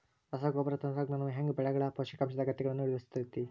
ರಸಗೊಬ್ಬರ ತಂತ್ರಜ್ಞಾನವು ಹ್ಯಾಂಗ ಬೆಳೆಗಳ ಪೋಷಕಾಂಶದ ಅಗತ್ಯಗಳನ್ನ ನಿರ್ಧರಿಸುತೈತ್ರಿ?